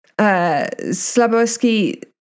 Slabowski